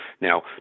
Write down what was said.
Now